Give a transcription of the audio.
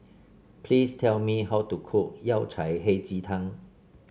please tell me how to cook Yao Cai Hei Ji Tang